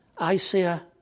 Isaiah